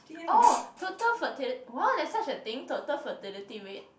oh total fertili~ wow there's such a thing total fertility rate